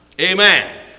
Amen